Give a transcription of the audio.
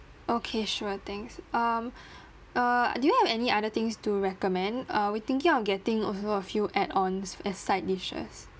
okay sure thanks um err do you have any other things to recommend uh we thinking of getting also a few add on as side dishes